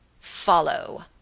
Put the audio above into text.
Follow